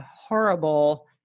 horrible